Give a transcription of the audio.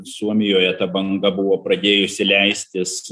suomijoje ta banga buvo pradėjusi leistis